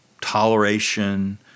toleration